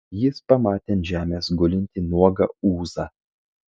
jis pamatė ant žemės gulintį nuogą ūzą